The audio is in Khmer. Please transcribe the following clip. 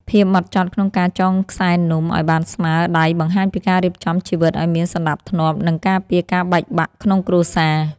ភាពហ្មត់ចត់ក្នុងការចងខ្សែនំឱ្យបានស្មើដៃបង្ហាញពីការរៀបចំជីវិតឱ្យមានសណ្ដាប់ធ្នាប់ និង ការពារការបែកបាក់ក្នុងគ្រួសារ។